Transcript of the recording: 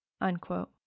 unquote